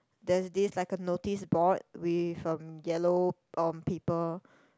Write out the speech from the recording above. there's these like a notice board with um yellow um paper